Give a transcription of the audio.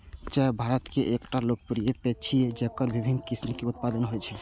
चाय भारत के एकटा लोकप्रिय पेय छियै, जेकर विभिन्न किस्म के उत्पादन होइ छै